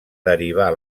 derivar